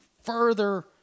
further